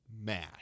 mash